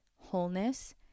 wholeness